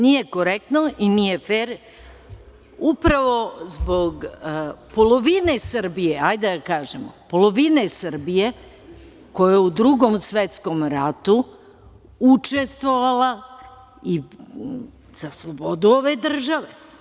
Nije korektno i nije fer upravo zbog polovine Srbije, hajde da kažemo polovine Srbije, koja je u Drugom svetskom ratu učestvovala za slobodu ove države.